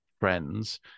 friends